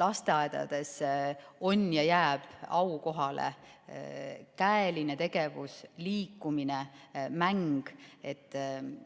Lasteaedades on aukohal ja jääb aukohale käeline tegevus, liikumine, mäng,